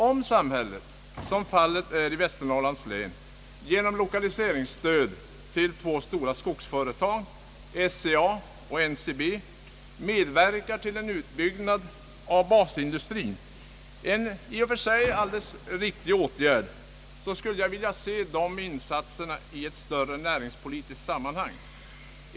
Om samhället, som fallet är i Västernorrlands län, genom lokaliseringsstöd till de två stora skogsföretagen SCA och NCB medverkar till en utbyggnad av basindustrin — en i och för sig riktig åtgärd — så skulle jag vilja se dessa insatser i ett större näringspolitiskt sammanhang.